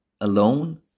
alone